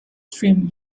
stream